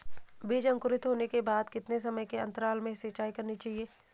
बीज अंकुरित होने के बाद कितने समय के अंतराल में सिंचाई करनी चाहिए?